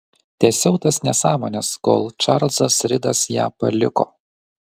tęsiau tas nesąmones kol čarlzas ridas ją paliko